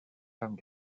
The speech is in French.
femmes